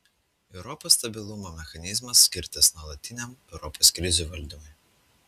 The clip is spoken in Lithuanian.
europos stabilumo mechanizmas skirtas nuolatiniam europos krizių valdymui